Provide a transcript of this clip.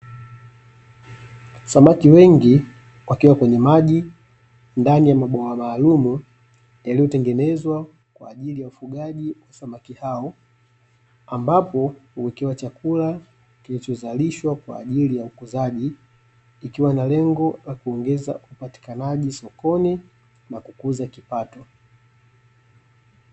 Samaki wengi wakiwa kwenye maji ndani ya mabwawa maalumu yaliyotengenezwa kwa ajili ya ufugaji wa samaki hao ambapo huwekewa chakula kilichozalishwa kwa ajili ya ukuzaji ikiwa na lengo lakuongeza upatikanaji sokoni na kukuza kipato.